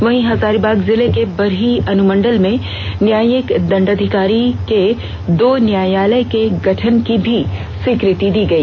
वहीं हजारीबाग जिले के बरही अनुमंडल में न्यायिक दंडाधिकारी के दो न्यायालय के गठन करने की भी स्वीकृति दी गई